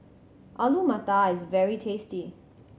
Alu Matar is very tasty